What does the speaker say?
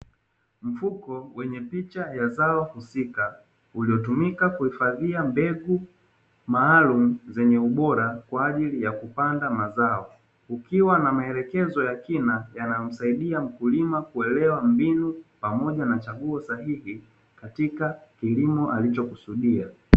Mfuko wenye picha ya zao husika uliotumika kuhifadhia mbegu maalumu zenye ubora kwa ajili ya kupanda mazao, ukiwa na maelekezo ya kina yanayomsaidia mkulima kuelewa mbinu pamoja na chaguo sahihi katika kilimo alichokusudia.